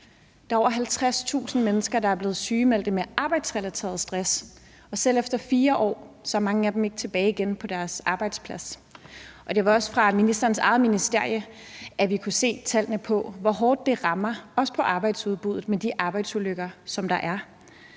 Der er over 50.000 mennesker, der er blevet sygemeldt med arbejdsrelateret stress, og selv efter 4 år er mange af dem ikke tilbage på deres arbejdsplads igen. Det var også fra ministerens eget ministerie, vi kunne se tallene på, hvor hårdt det rammer, også arbejdsudbuddet, med de arbejdsulykker, som der er.